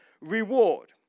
reward